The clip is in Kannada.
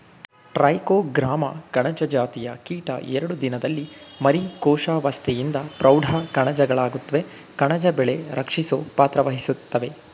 ಟ್ರೈಕೋಗ್ರಾಮ ಕಣಜ ಜಾತಿಯ ಕೀಟ ಎರಡು ದಿನದಲ್ಲಿ ಮರಿ ಕೋಶಾವಸ್ತೆಯಿಂದ ಪ್ರೌಢ ಕಣಜಗಳಾಗುತ್ವೆ ಕಣಜ ಬೆಳೆ ರಕ್ಷಿಸೊ ಪಾತ್ರವಹಿಸ್ತವೇ